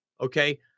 Okay